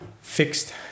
fixed